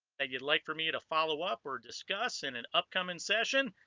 that you'd like for me to follow up or discuss in an upcoming session